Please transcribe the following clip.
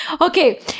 Okay